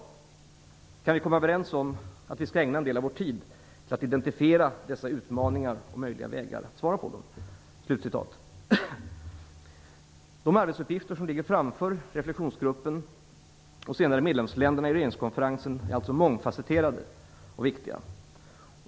Kan vi komma överens om att vi skall ägna en del av vår tid till att identifiera dessa utmaningar och möjliga vägar att svara på dem?". De arbetsuppgifter som ligger framför reflexionsgruppen och senare medlemsländerna i regeringskonferensen är alltså mångfasetterade och viktiga.